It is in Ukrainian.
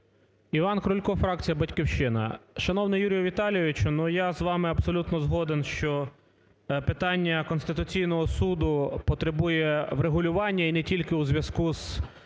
Іван Крулько, фракція "Батьківщина". Шановний Юрію Віталійовичу, ну, я з вами абсолютно згоден, що питання Конституційного Суду потребує врегулювання і не тільки у зв'язку із